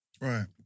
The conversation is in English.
Right